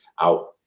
out